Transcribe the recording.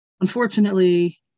Unfortunately